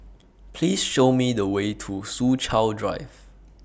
Please Show Me The Way to Soo Chow Drive